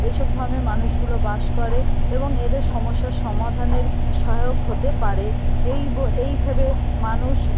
এইসব ধর্মের মানুষগুলো বাস করে এবং এদের সমস্যার সমাধানের সহায়ক হতে পারে এই এই ভেবে মানুষ